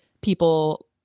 people